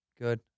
Good